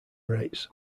rates